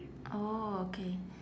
oh okay